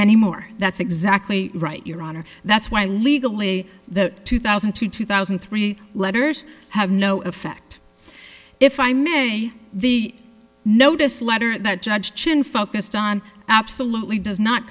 anymore that's exactly right your honor that's why legally the two thousand and two two thousand and three letters have no effect if i may the notice letter that judge chin focused on absolutely does not